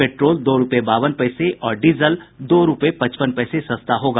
petrol दो रूपये बावन पैसे और डीजल दो रूपये पचपन पैसे सस्ता हुआ